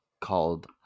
called